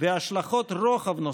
והשלכות רוחב נוספות,